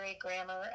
grammar